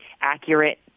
accurate